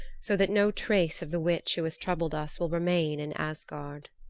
so that no trace of the witch who has troubled us will remain in asgard.